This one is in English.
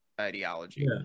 ideology